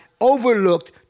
overlooked